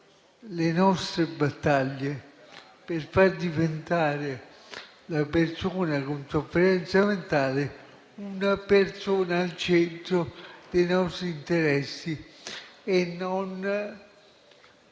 le nostre battaglie per far diventare la persona con sofferenza mentale una persona al centro dei nostri interessi e non